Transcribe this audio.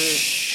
ששש.